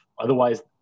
Otherwise